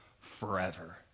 forever